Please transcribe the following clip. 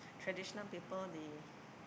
traditional people they